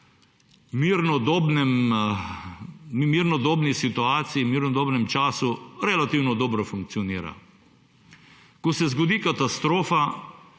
mirnodobni situaciji, mirnodobnem času relativno dobro funkcionira. Ko se zgodi katastrofa,